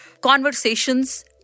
Conversations